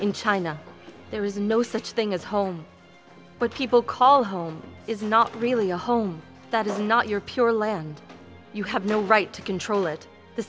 in china there is no such thing as home but people call home is not really a home that is not your pure land you have no right to control it the